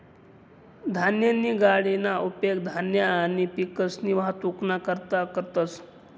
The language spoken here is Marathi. धान्यनी गाडीना उपेग धान्य आणि पिकसनी वाहतुकना करता करतंस